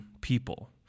people